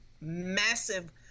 massive